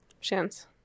Chance